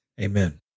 Amen